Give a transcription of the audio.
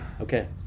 Okay